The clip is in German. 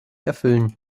erfüllen